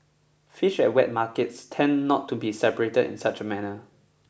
fish at wet markets tend not to be separated in such a manner